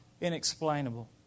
inexplainable